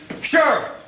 sure